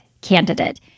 candidate